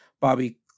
Bobby